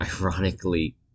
ironically